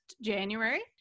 january